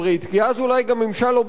שלא מתלהב מהמהלך הזה,